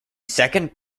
second